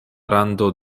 rando